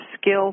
skill